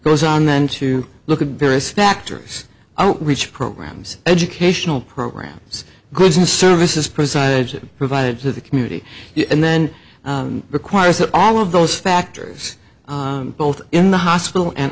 goes on then to look at various factors i don't reach programs educational programs goods and services presided provided to the community and then requires that all of those factors both in the hospital and